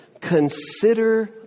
consider